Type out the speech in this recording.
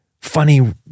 funny